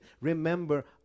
remember